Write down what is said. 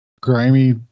grimy